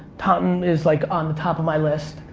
tottenham is like on top of my list.